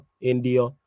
India